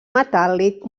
metàl·lic